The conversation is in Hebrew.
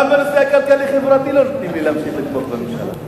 גם בנושא הכלכלי-חברתי לא נותנים לי להמשיך לתמוך בממשלה.